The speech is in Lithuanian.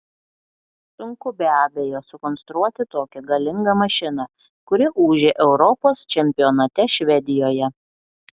sunku be abejo sukonstruoti tokią galingą mašiną kuri ūžė europos čempionate švedijoje